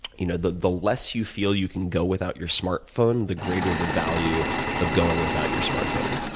you know the the less you feel you can go without your smartphone, the greater the value of going without your smartphone.